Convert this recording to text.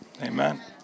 amen